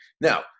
Now